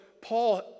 Paul